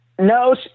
No